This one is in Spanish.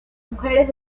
mujeres